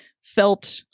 felt